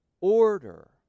order